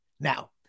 Now